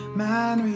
man